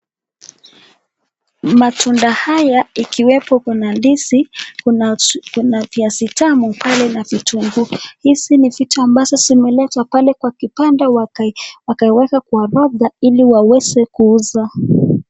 Matunda haya ikiwepo kuna ndizi kuna viazi tamu pale na vitunguu. Hizi ni vitu ambazo zimeletwa pale kwa kibanda wakaiweka kwa banda ili waweze kuuza.